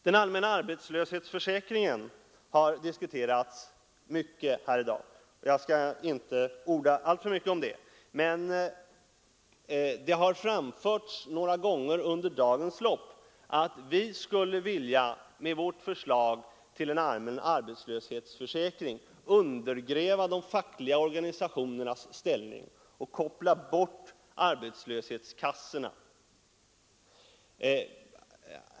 Den allmänna arbetslöshetsförsäkringen har diskuterats mycket här i dag, och jag skall inte orda alltför mycket om den. Det har framförts några gånger under dagens lopp att vi med vårt förslag till en allmän arbetslöshetsförsäkring skulle vilja undergräva de fackliga organisationernas ställning och koppla bort arbetslöshetskassorna.